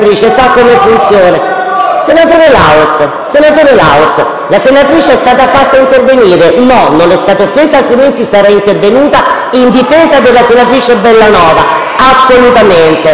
Senatore Laus, la senatrice è già intervenuta e non è stata offesa altrimenti sarei intervenuta in difesa della senatrice Bellanova, assolutamente.